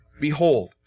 Behold